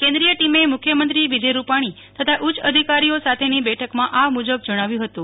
કેન્દ્રીય ટીમે મુખ્યમંત્રી વિજય રૂપાણી તથા ઉચ્ચ અધિકારીઓ સાથેની બેઠકમાં આ મૂજબ જણાવ્યું હતું